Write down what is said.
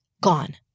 gone